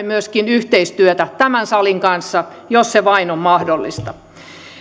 myöskin yhteistyötä tämän salin kanssa jos se vain on mahdollista